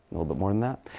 little bit more than that.